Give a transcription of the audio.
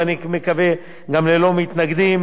ואני מקווה שגם ללא מתנגדים.